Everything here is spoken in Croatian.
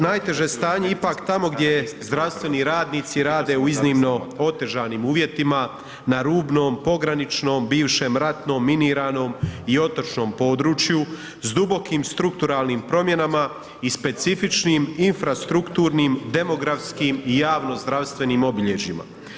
Najteže stanje je ipak tamo gdje zdravstveni radnici rade u iznimno otežanim uvjetima, na rubnom, pograničnom bivšem ratnom miniranom i otočnom području s dubokim strukturalnim promjenama i specifičnim infrastrukturnim, demografskim i javnozdravstvenim obilježjima.